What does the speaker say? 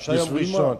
אפשר יום ראשון.